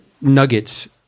nuggets